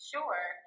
Sure